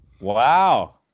Wow